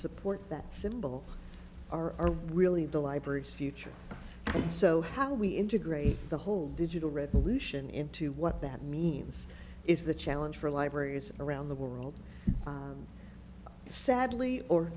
support that symbol are really the libraries future and so how we integrate the whole digital revolution into what that means is the challenge for libraries around the world sadly or